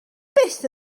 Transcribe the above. byth